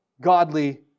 godly